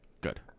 Good